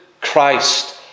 Christ